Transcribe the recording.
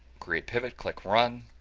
create pivot click run,